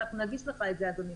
אנחנו נגיש לך את זה, אדוני.